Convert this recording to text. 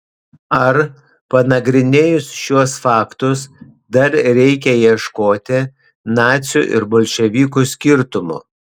ar panagrinėjus šiuos faktus dar reikia ieškoti nacių ir bolševikų skirtumų